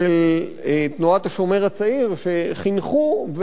של תנועת "השומר הצעיר" שחינכו,